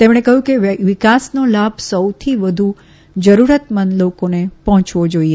તેમણે કહયું કે વિકાસનો લાભ સૌથી વધુ જરૂરતમંદ લોકોને પર્જોયવો જાઈએ